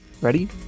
Ready